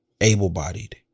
able-bodied